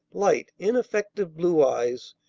light, ineffective blue eyes,